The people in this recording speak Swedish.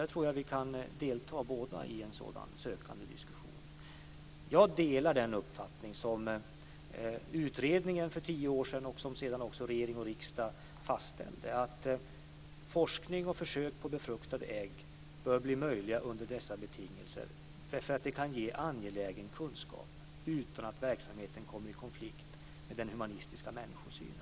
Jag tror att vi båda kan delta i en sådan sökande diskussion. Jag delar den uppfattning som utredningen hade för tio år sedan och som sedan också regeringen och riksdagen fastställde, att forskning och försök på befruktade ägg bör bli möjlig under dessa betingelser därför att det kan ge angelägen kunskap utan att verksamheten kommer i konflikt med den humanistiska människosynen.